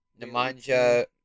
Nemanja